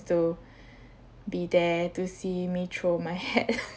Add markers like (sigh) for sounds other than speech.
to be there to see me throw my hat (laughs)